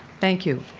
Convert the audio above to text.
thank you.